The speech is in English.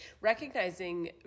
recognizing